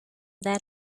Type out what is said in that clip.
that